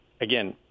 Again